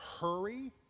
Hurry